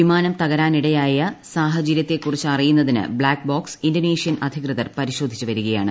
വിമാനം തകരാനിടയായ സാഹച്ര്യത്തെ കുറിച്ച് അറിയുന്നതിന് ബ്ലാക്ബോക്സ് ഇന്തോനേഷ്യൻ അധികൃതർ പരിശോധിച്ചുവരികയാണ്